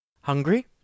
Hungry